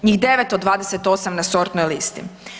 Njih 9 od 28 na sortnoj listi.